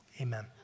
amen